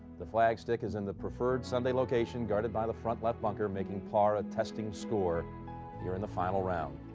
the flag stick is in the preferred sunday location, guarded by the front left bunker making par a testing score here in the final round.